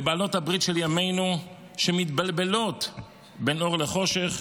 לבעלות הברית של ימינו, שמתבלבלות בין אור לחושך,